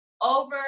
over